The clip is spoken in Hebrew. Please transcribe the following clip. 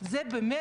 למען חרדים,